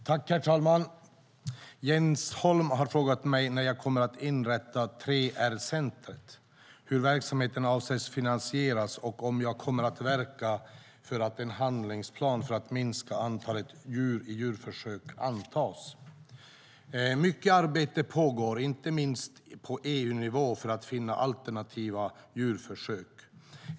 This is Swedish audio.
Herr talman! Jens Holm har frågat mig när jag kommer att inrätta 3R-centret, hur verksamheten avses att finansieras och om jag kommer att verka för att en handlingsplan för att minska antalet djur i djurförsök antas. Mycket arbete pågår, inte minst på EU-nivå, för att finna alternativ till djurförsök.